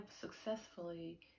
successfully